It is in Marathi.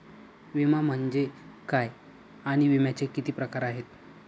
विमा म्हणजे काय आणि विम्याचे किती प्रकार आहेत?